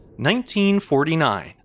1949